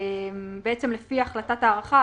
לפי החלטת ההארכה,